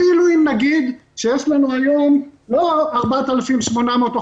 אפילו אם נגיד שיש לנו היום לא 4,800 או